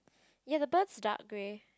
ya the duck is dark grey